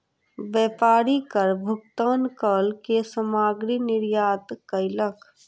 व्यापारी कर भुगतान कअ के सामग्री निर्यात कयलक